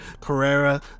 Carrera